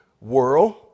world